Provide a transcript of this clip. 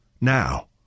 Now